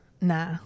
Nah